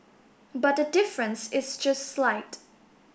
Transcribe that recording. but the difference is just slight